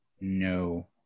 No